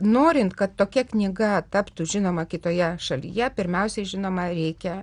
norint kad tokia knyga taptų žinoma kitoje šalyje pirmiausiai žinoma reikia